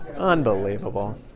Unbelievable